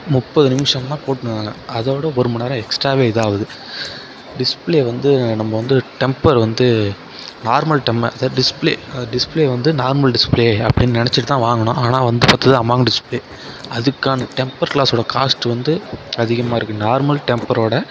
முப்பது நிமிஷம்தான் போட்யிருந்தாங்க அதைவுட ஒருமண்நேரம் எக்ஸ்ட்ராவே இதாக ஆகுது டிஸ்பிளே வந்து நம்ப வந்து டெம்பர் வந்து நார்மல் டெம்பர் அதாவது டிஸ்பிளே டிஸ்பிளே வந்து நார்மல் டிஸ்பிளே அப்படின்னு நினச்சிட்டுதான் வாங்கினோம் ஆனால் வந்து பார்த்தது ஆமாங்கு டிஸ்பிளே அதுக்கான டெம்பர் கிளாஸ்சோட காஸ்ட் வந்து அதிகமாக இருக்கு நார்மல் டெம்பரோட